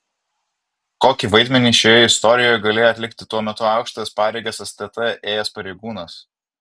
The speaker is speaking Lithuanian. kokį vaidmenį šioje istorijoje galėjo atlikti tuo metu aukštas pareigas stt ėjęs pareigūnas